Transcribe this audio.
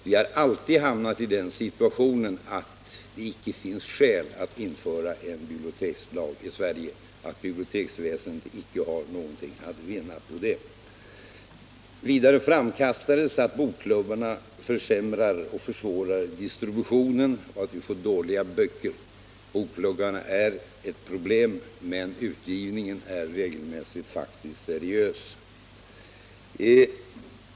Vi har emellertid alltid kommit fram till att det icke finns några skäl att införa en bibliotekslag och att biblioteksväsendet icke skulle ha någonting att vinna på en sådan lag. Vidare framkastades att bokklubbarna försämrar och försvårar distributionen och att vi genom dem får dåliga böcker. Bokklubbarna är ett problem, men utgivningen är i regel faktiskt seriös.